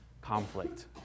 conflict